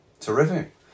Terrific